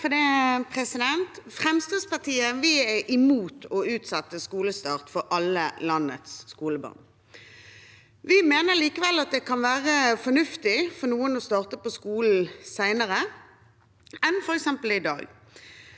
(FrP) Fremskrittspartiet er imot å utsette skolestart for alle landets skolebarn. Vi mener likevel at det kan være fornuftig for noen å starte på skolen senere enn de gjør i dag.